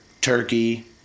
turkey